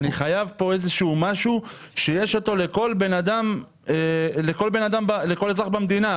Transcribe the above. אני חייב כאן איזשהו משהו שיש אותו לכל אזרח במדינה.